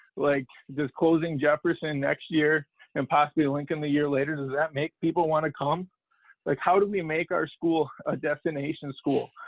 like, does closing jefferson next year and possibly lincoln a year later, does that make people want to come, but like how do we make our school a destination school?